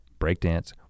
breakdance